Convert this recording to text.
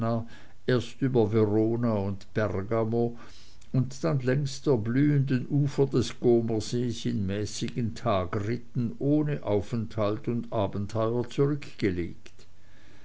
erst über verona und bergamo und dann längs der blühenden ufer des comersees in mäßigen tagritten ohne aufenthalt und abenteuer zurückgelegt